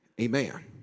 amen